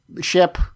ship